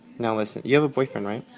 now, listen, you have a boyfriend, right?